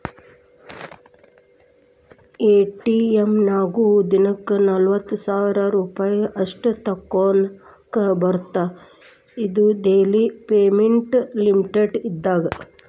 ATM ನ್ಯಾಗು ದಿನಕ್ಕ ನಲವತ್ತ ಸಾವಿರ್ ರೂಪಾಯಿ ಅಷ್ಟ ತೋಕೋನಾಕಾ ಬರತ್ತಾ ಇದು ಡೆಲಿ ಪೇಮೆಂಟ್ ಲಿಮಿಟ್ ಇದ್ದಂಗ